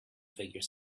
figure